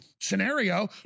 scenario